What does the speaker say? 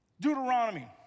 Deuteronomy